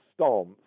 stance